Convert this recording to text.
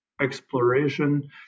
exploration